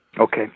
Okay